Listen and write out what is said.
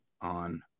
on